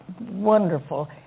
wonderful